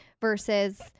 versus